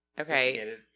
okay